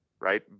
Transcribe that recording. right